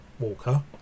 walker